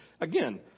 again